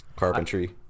Carpentry